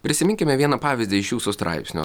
prisiminkime vieną pavyzdį iš jūsų straipsnio